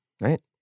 right